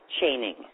chaining